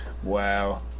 Wow